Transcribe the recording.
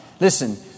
Listen